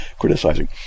criticizing